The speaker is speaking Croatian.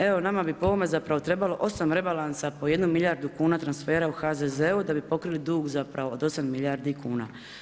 Evo, nama bi po ovome zapravo trebalo 8 rebalansa po jedno milijun kuna transfera u HZZO-u da bi pokrili dug od 8 milijardi kn.